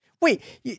Wait